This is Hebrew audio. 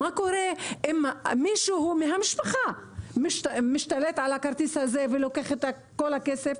מה קורה אם מישהו מהמשפחה משתלט על הכרטיס הזה ולוקח את הכסף?